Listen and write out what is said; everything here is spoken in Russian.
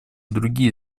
другие